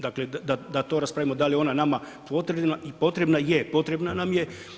Dakle, da, da to raspravimo da li je ona nama potrebna i potrebna je, potrebna nam je.